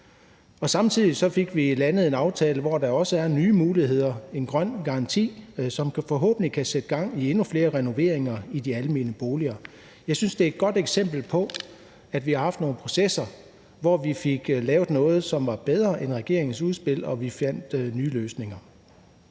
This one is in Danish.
Samtidig fik vi landet en aftale, hvor der også er nye muligheder i forhold til en grøn garanti, som forhåbentlig kan sætte gang i endnu flere renoveringer i de almene boliger. Jeg synes, det er et godt eksempel på, at vi har haft nogle processer, hvor vi fik lavet noget, som var bedre end regeringens udspil, og vi fandt nye løsninger.